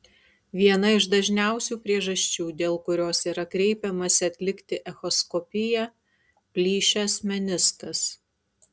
viena iš dažniausių priežasčių dėl kurios yra kreipiamasi atlikti echoskopiją plyšęs meniskas